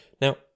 now